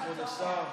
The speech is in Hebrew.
אדוני היושב-ראש,